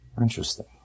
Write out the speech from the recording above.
Interesting